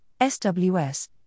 SWS